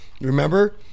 Remember